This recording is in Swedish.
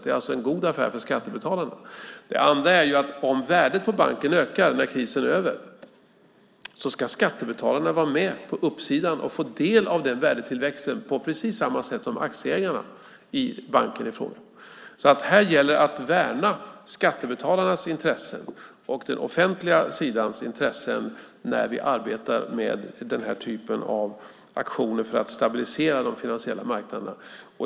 Det är alltså en god affär för skattebetalarna. Om värdet på banken ökar när krisen är över ska skattebetalarna vara med på uppgången och få del av värdetillväxten på precis samma sätt som aktieägarna i banken i fråga. Det gäller att värna skattebetalarnas och den offentliga sidans intressen när vi arbetar med den här typen av aktioner för att stabilisera de finansiella marknaderna.